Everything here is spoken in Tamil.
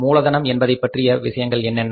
மூலதனம் என்பதைப்பற்றிய விஷயங்கள் என்னென்ன